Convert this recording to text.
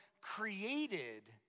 created